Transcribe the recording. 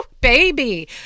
baby